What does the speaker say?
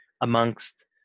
amongst